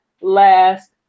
last